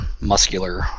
muscular